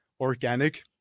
organic